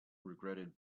regretted